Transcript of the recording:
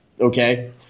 okay